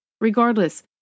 Regardless